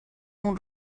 اون